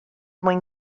mwyn